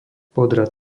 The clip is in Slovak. podrad